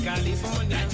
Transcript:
California